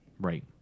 Right